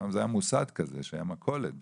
פעם היה מוסד כזה שהייתה מכולת בשכונה,